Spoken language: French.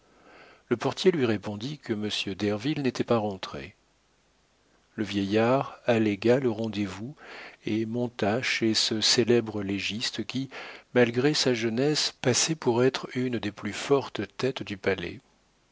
le portier lui répondit que monsieur derville n'était pas rentré le vieillard allégua le rendez-vous et monta chez ce célèbre légiste qui malgré sa jeunesse passait pour être une des plus fortes têtes du palais